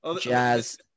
Jazz